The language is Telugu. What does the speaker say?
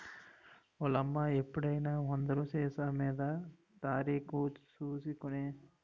ఓలమ్మా ఎప్పుడైనా మందులు సీసామీద తారీకు సూసి కొనే